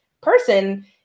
person